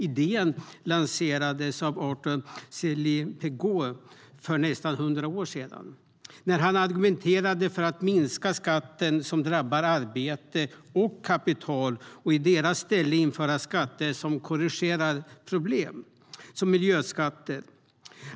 Idén lanserades av Arthur Cecil Pigou för nästan hundra år sedan, när han argumenterade för att minska skatter som drabbar arbete och kapital och i stället införa skatter som korrigerar problem, som miljöskatter.